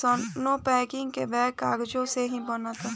कइसानो पैकिंग के बैग कागजे से ही बनता